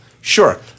Sure